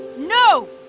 no